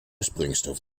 sprengstoff